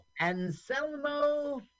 Anselmo